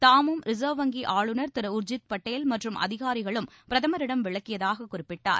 தாமும் ரிசர்வ் வங்கி ஆளுநர் திரு உர்ஜிக் பட்டேல் மற்றும் அதிகாரிகளும் பிரதமரிடம் விளக்கியதாக குறிப்பிட்டார்